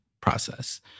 process